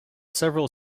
several